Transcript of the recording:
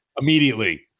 immediately